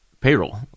payroll